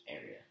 area